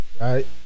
Right